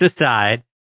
aside